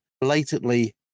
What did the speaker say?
blatantly